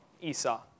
Esau